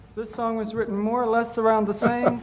this song was written more or less around the song.